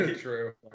True